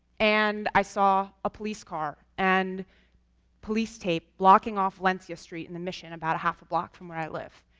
and i saw a police car and police tape blocking off valencia street in the mission, about half a block from where i live.